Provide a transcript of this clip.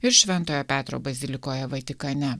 ir šventojo petro bazilikoje vatikane